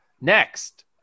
next